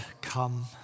come